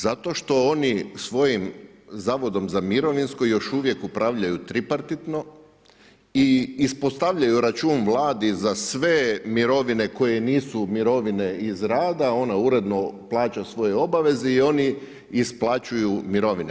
Zato što oni svojim zavodom za mirovinsko još uvijek upravljaju tripartitno i ispostavljaju račun Vladi za sve mirovine koje nisu mirovine iz rada, ona uredno plaća svoje obaveze i oni isplaćuju mirovine.